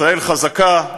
ישראל חזקה,